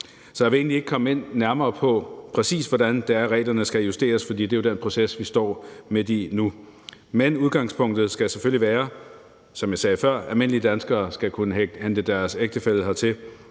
Så jeg vil egentlig ikke komme nærmere ind på, præcis hvordan det er, reglerne skal justeres, fordi det jo er den proces, vi står midt i nu. Men udgangspunktet skal selvfølgelig være, som jeg sagde før, at almindelige danskere skal kunne hente deres ægtefæller hertil